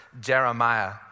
Jeremiah